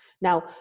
Now